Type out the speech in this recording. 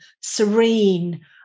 serene